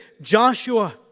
Joshua